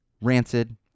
Rancid